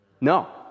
No